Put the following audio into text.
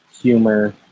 humor